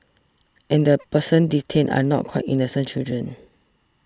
and the persons detained are not quite innocent children